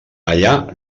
allà